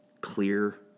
clear